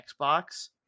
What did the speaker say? Xbox